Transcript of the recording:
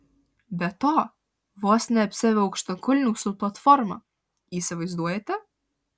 be to vos neapsiaviau aukštakulnių su platforma įsivaizduojate